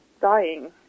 dying